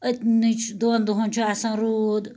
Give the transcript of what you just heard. أتنٕے چھُ دۄن دۄہن چھُ آسان روٗد